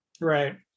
Right